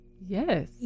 Yes